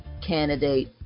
candidate